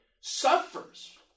suffers